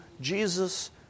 Jesus